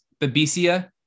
Babesia